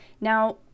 Now